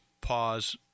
pause